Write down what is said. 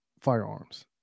firearms